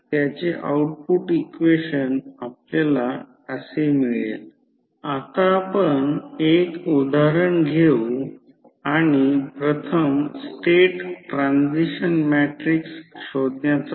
तर हा लेन्झ लॉLenz's law आहे आणि हा फॅराडेज या सर्व गोष्टी उच्च माध्यमिकच्या फिजिक्समध्ये शिकल्या आहेत